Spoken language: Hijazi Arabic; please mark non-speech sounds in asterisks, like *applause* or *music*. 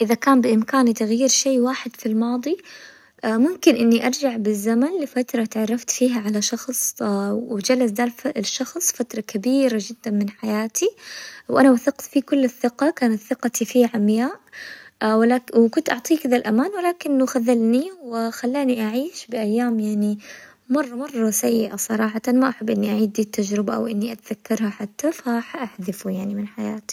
اذا كان بامكاني تغيير شي واحد في الماضي *hesitation* ممكن إني أرجع بالزمن لفترة تعرفت فيها على شخص *hesitation* وجلس ذا الشخص فترة كبيرة جدا من حياتي، وأنا وثقت فيه كل الثقة، كانت ثقتي فيه عمياء *hesitation* ولكن -وكنت اعطيه كذا، ولكنه خذلني وخلاني اعيش بايام يعني مرة مرة سيئة، صراحة ما احب اني اعيد دي التجربة او اني اتذكرها حتى ،فححذفه يعني من حياتي.